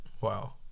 Wow